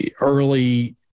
Early